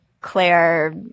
Claire